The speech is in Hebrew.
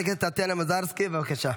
חברת הכנסת טטיאנה מזרסקי, בבקשה.